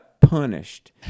punished